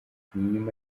nyuma